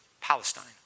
Palestine